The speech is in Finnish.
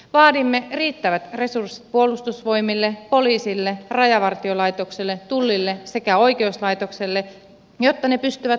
vaadimme riittävät resurssit puolustusvoimille poliisille rajavartiolaitokselle tullille sekä oikeuslaitokselle jotta ne pystyvät hoitamaan tehtävänsä